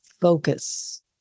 focus